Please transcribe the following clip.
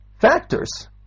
factors